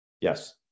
Yes